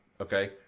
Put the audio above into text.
okay